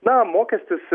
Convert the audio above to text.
na mokestis